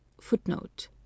Footnote